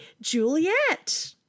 Juliet